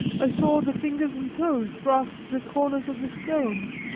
i saw the fingers and toes grasp the corners of the stones,